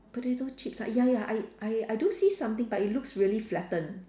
potato chip ah ya ya I I I do see something but it looks really flattened